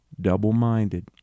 double-minded